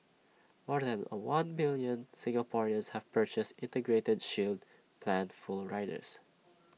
more than A one million Singaporeans have purchased integrated shield plan full riders